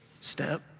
step